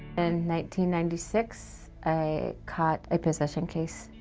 and ninety ninety six i caught a possession case.